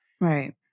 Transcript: Right